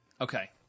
okay